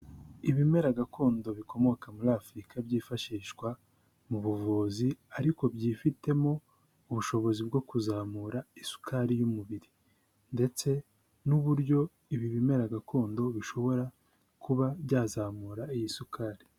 Ibimera gakondo bikomoka muri Africa byifashishwa mu buvuzi, ariko byifitemo ubushobozi bwo kuzamura isukari y'umubiri, ndetse n'uburyo ibi bimera gakondo bishobora kuba byazamura iyi sukari.